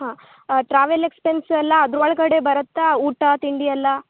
ಹಾಂ travel expense ಎಲ್ಲ ಅದ್ರ ಒಳಗಡೆ ಬರುತ್ತಾ ಊಟ ತಿಂಡಿ ಎಲ್ಲ